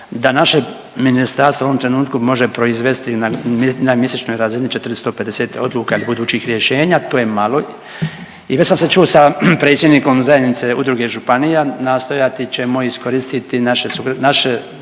da naše ministarstvo u ovom trenutku može proizvesti na mjesečnoj razini 450 odluka budućih rješenja, to je malo i već sam se čuo sa predsjednikom zajednice udruge županija, nastojati ćemo iskoristiti naše